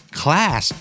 class